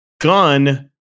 Gun